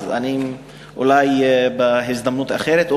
אולי בהזדמנות אחרת,